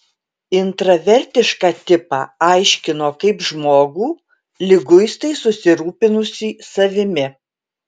intravertišką tipą aiškino kaip žmogų liguistai susirūpinusį savimi